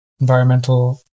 environmental